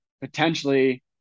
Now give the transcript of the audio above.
potentially